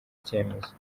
icyemezo